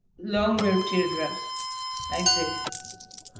longer teardrops like this.